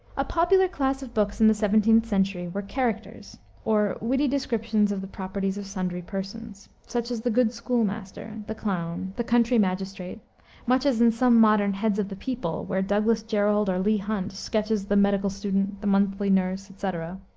a popular class of books in the seventeenth century were characters or witty descriptions of the properties of sundry persons, such as the good schoolmaster, the clown, the country magistrate much as in some modern heads of the people where douglas jerrold or leigh hunt sketches the medical student, the monthly nurse, etc.